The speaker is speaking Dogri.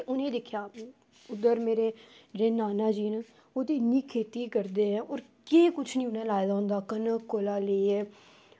ते उनें ई दिक्खेआ ते उद्धर मेरे जेह्ड़े नाना जी न ओह् ते इन्नी खेती करदे न होर केह् किश निं उनें लाये दा होंदा कनक कोला लेइयै